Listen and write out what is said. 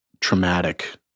traumatic